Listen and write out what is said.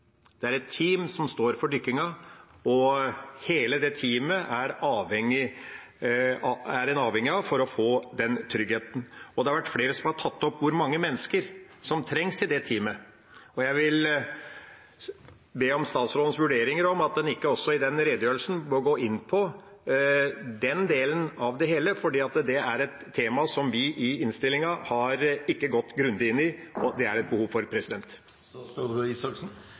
som står for dykkingen, og hele det teamet er en avhengig av for å få den tryggheten. Det har vært flere som har tatt opp hvor mange mennesker som trengs i det teamet, og jeg vil be om statsrådens vurdering av om en ikke også i den redegjørelsen må gå inn på den delen av det hele. Det er et tema som vi i innstillinga ikke har gått grundig inn i, og det er det et behov for.